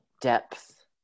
depth